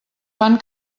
fan